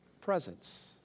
presence